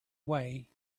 way